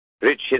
rich